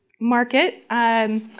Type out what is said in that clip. market